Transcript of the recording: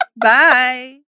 Bye